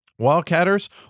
Wildcatters